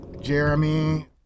Jeremy